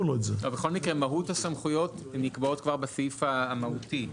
בכל מקרה מהות הסמכויות נקבעות כבר בסעיף המהותי.